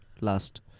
Last